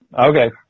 Okay